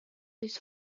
this